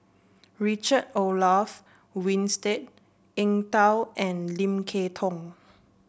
Richard Olaf Winstedt Eng Tow and Lim Kay Tong